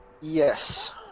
Yes